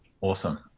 Awesome